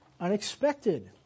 unexpected